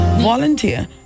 volunteer